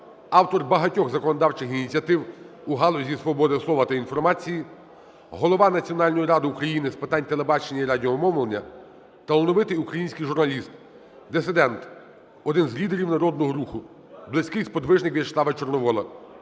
автор багатьох законодавчих ініціатив у галузі свободи слова та інформації, голова Національної ради України з питань телебачення і радіомовлення, талановитий український журналіст, дисидент, один з лідерів Народного Руху, близький сподвижник із штабу Чорновола